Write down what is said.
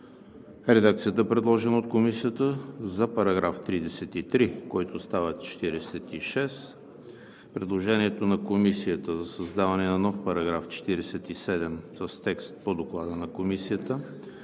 редакцията, предложена от Комисията за § 33, който става § 46; предложението на Комисията за създаване на нов § 47 с текст по Доклада на Комисията;